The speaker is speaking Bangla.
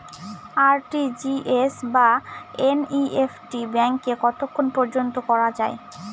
আর.টি.জি.এস বা এন.ই.এফ.টি ব্যাংকে কতক্ষণ পর্যন্ত করা যায়?